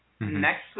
Next